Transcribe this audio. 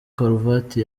karuvati